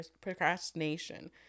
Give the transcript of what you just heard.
procrastination